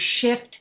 shift